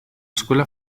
escuela